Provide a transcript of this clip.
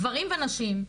גברים ונשים,